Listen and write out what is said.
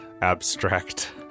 abstract